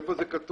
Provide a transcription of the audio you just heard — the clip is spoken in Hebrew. איפה זה כתוב?